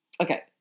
okay